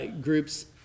groups